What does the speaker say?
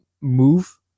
move